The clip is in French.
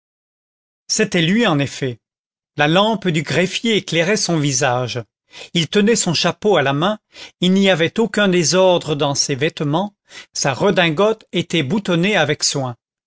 c'était lui en effet la lampe du greffier éclairait son visage il tenait son chapeau à la main il n'y avait aucun désordre dans ses vêtements sa redingote était boutonnée avec soin